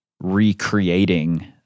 recreating